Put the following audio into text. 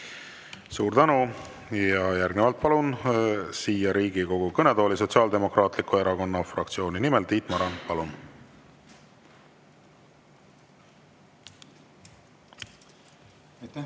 Suur tänu! Järgnevalt palun siia Riigikogu kõnetooli Sotsiaaldemokraatliku Erakonna fraktsiooni nimel Tiit Marani. Palun!